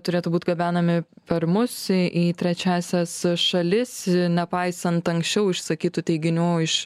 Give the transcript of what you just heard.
turėtų būt gabenami per mus į į trečiąsias šalis nepaisant anksčiau išsakytų teiginių iš